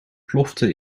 plofte